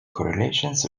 correlations